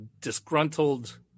disgruntled